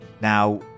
Now